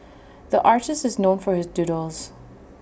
the artist is known for his doodles